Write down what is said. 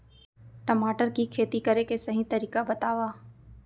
टमाटर की खेती करे के सही तरीका बतावा?